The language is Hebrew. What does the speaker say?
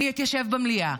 אני אתיישב במליאה.